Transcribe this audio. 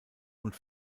und